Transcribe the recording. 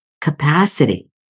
capacity